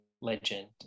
legend